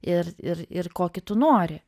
ir ir ir kokį tu nori